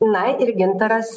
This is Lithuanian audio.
na ir gintaras